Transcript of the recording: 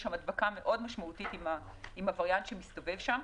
שם הדבקה מאוד משמעותית עם הוויראנט שמסתובב שם.